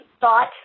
thought